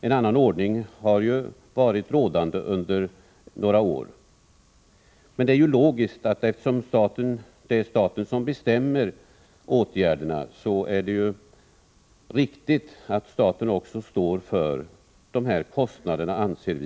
En annan ordning har varit rådande under några år. Eftersom det är staten som bestämmer åtgärderna är det riktigt att staten också står för kostnaderna, anser vi.